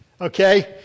Okay